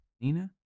Nina